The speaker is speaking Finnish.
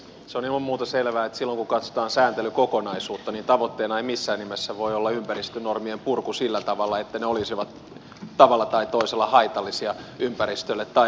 on ilman muuta selvää että silloin kun katsotaan sääntelykokonaisuutta tavoitteena ei missään nimessä voi olla ympäristönormien purku sillä tavalla että ne olisivat tavalla tai toisella haitallisia ympäristölle tai luonnonsuojelulle